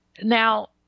Now